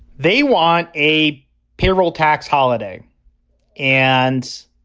they want a payroll tax holiday and.